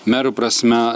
merų prasme